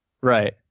Right